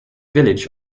village